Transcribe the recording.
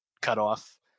cutoff